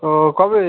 ও কবে